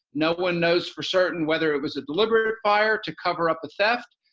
no one knows for certain whether it was a deliberate fire to cover up the theft,